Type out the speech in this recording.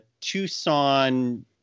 Tucson